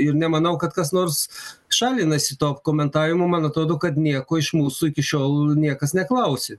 ir nemanau kad kas nors šalinasi to komentavimo man atrodo kad nieko iš mūsų iki šiol niekas neklausė